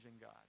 God